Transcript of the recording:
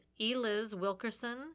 elizwilkerson